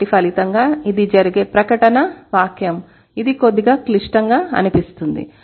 కాబట్టి ఫలితంగా ఇది జరిగే ప్రకటనవాక్యం ఇది కొద్దిగా క్లిష్టంగా అనిపిస్తుంది